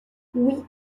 oui